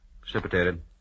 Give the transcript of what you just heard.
Precipitated